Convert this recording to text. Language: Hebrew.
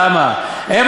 "למה?" הם,